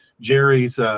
Jerry's